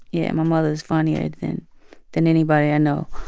yeah. my mother is funnier than than anybody i know.